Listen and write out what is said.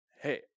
Hey